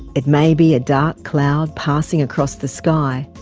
it may be a dark cloud passing across the sky,